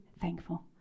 thankful